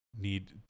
need